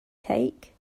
cake